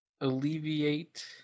alleviate